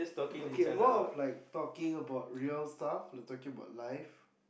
okay more of like talking about real stuff talking about life